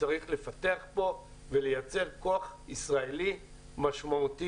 צריך לפתח פה ולייצר כוח ישראלי משמעותי